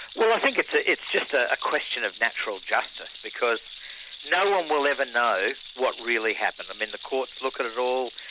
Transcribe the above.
well i think it's ah it's just a question of natural justice because no one will ever know what really happened. i mean the courts look at it all.